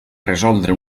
resoldre